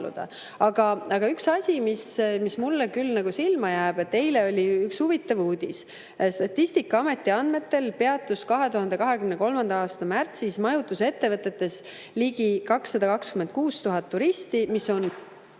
Aga üks asi, mis mulle küll silma on jäänud, [on järgnev]. Eile oli üks huvitav uudis. Statistikaameti andmetel peatus 2023. aasta märtsis majutusettevõtetes ligi 226 000 turisti, mis on